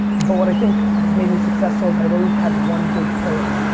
but what i think has made me successful is i've always had one big pillar.